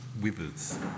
withers